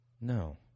No